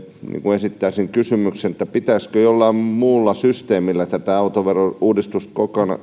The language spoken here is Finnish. esittäisin kysymyksen pitäisikö jollain muulla systeemillä tätä autoverouudistusta